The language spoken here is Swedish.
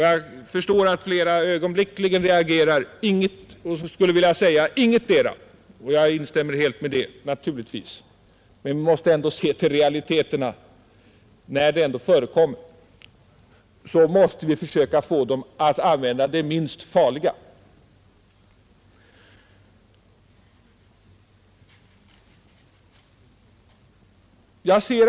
Jag förstår att flera ögonblickligen reagerar och skulle vilja säga: Ingetdera! Naturligtvis instämmer jag helt med det, men vi måste ändå se till realiteterna. När det trots allt förekommer en konsumtion, måste vi försöka få ungdomarna att använda det minst farliga.